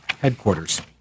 headquarters